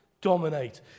dominate